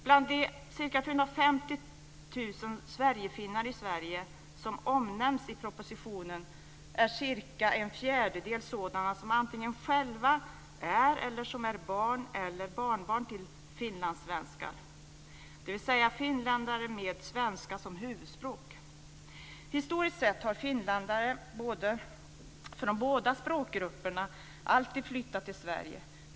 Bland de ca 450 000 sverigefinnar i Sverige som omnämns i propositionen är ungefär en fjärdedel sådana som antingen själva är eller är barn eller barnbarn till finlandssvenskar, dvs. finländare med svenska som huvudspråk. Historiskt sett har finländare från båda språkgrupperna alltid flyttat till Sverige.